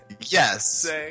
Yes